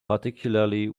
particularly